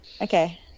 Okay